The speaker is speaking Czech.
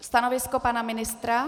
Stanovisko pana ministra?